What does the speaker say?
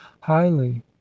highly